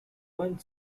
one